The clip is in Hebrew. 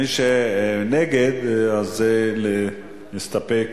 ומי שנגד הסתפק